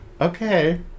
Okay